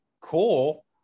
cool